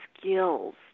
skills